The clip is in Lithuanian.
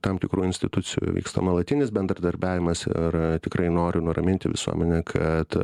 tam tikrų institucijų vyksta nuolatinis bendradarbiavimas ir tikrai noriu nuraminti visuomenę kad